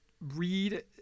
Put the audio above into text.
read